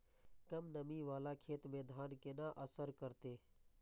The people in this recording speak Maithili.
कम नमी वाला खेत में धान केना असर करते?